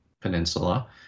peninsula